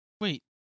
Wait